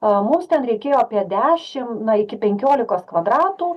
a mums ten reikėjo apie dešimt iki penkiolikos kvadratų